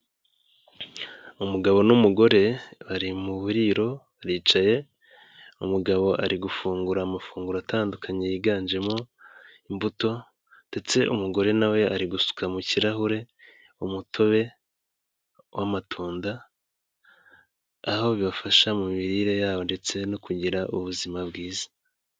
Umugabo n'umugore bari mu buriro bicaye, umugabo ari gufungura amafunguro atandukanye yiganjemo imbuto, ndetse umugore nawe ari gusuka mu kirahure umutobe w'amatunda, aho bibafasha mu mirire yabo ndetse no kugira ubuzima bwiza.